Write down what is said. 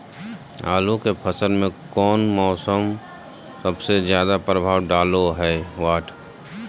आलू के फसल में कौन मौसम सबसे ज्यादा प्रभाव डालो हय?